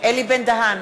אלי בן-דהן,